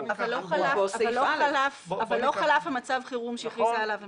אבל לא חלף מצב החירום שהכריזה עליו הממשלה.